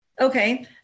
Okay